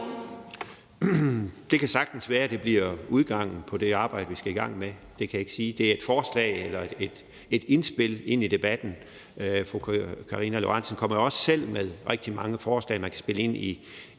Det kan sagtens være, at det bliver udgangen på det arbejde, vi skal i gang med – det kan jeg ikke sige. Det er et forslag eller et indspil i debatten. Fru Karina Lorentzen Dehnhardt kommer jo også selv med rigtig mange forslag, man kan spille ind i